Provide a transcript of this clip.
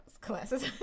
classes